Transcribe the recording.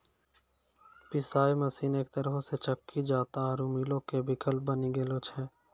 पिशाय मशीन एक तरहो से चक्की जांता आरु मीलो के विकल्प बनी गेलो छै